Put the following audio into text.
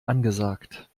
angesagt